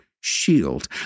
shield